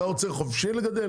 אתה רוצה חופשי לגדל?